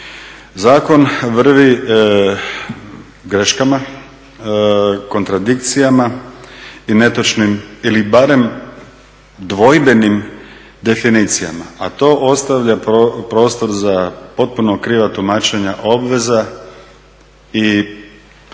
Zakon vrvi greškama, kontradikcijama i netočnim ili barem dvojbenim definicijama, a to ostavlja prostor za potpuno kriva tumačenja obveza i onoga